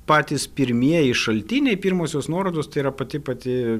patys pirmieji šaltiniai pirmosios nuorodos tai yra pati pati